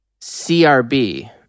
CRB